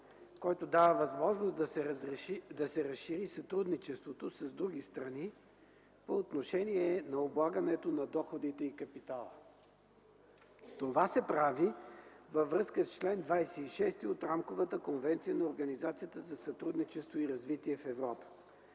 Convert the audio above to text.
който дава възможност да се разшири сътрудничеството с други страни по отношение на облагането на доходите и капитала. Това се прави във връзка с чл. 26 от Рамковата конвенция на Организацията за сътрудничество и развитие в Европа.